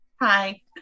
Hi